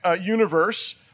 universe